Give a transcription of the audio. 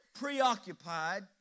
preoccupied